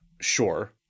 Sure